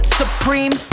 supreme